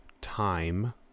time